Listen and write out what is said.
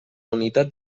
unitat